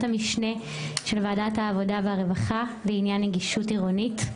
המשנה של ועדת העבודה והרווחה לעניין נגישות עירונית.